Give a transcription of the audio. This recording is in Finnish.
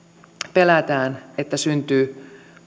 pelätään että syntyy